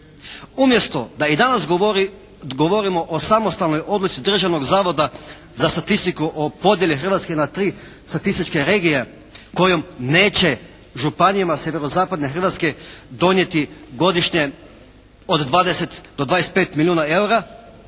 umjesto da i danas govorimo o samostalnoj odluci Državnog zavoda za statistiku o podjeli Hrvatske na tri statističke regije kojom neće županijama sjeverozapadne Hrvatske donijeti godišnje od 20 do 25 milijuna eura